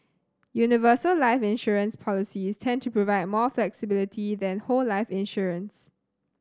universal life insurance policies tend to provide more flexibility than whole life insurance